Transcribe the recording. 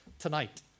tonight